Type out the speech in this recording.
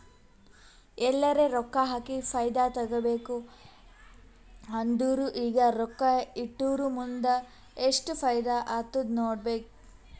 ಎಲ್ಲರೆ ರೊಕ್ಕಾ ಹಾಕಿ ಫೈದಾ ತೆಕ್ಕೋಬೇಕ್ ಅಂದುರ್ ಈಗ ರೊಕ್ಕಾ ಇಟ್ಟುರ್ ಮುಂದ್ ಎಸ್ಟ್ ಫೈದಾ ಆತ್ತುದ್ ನೋಡ್ಬೇಕ್